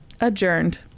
Adjourned